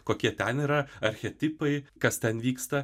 kokie ten yra archetipai kas ten vyksta